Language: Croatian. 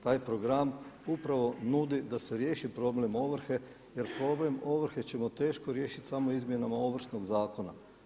Taj program upravo nudi da se riješi problem ovrhe jer problem ovrhe ćemo teško riješiti samo izmjenama Ovršnog zakona.